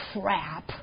crap